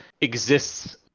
exists